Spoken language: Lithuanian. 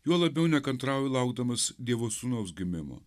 juo labiau nekantrauju laukdamas dievo sūnaus gimimo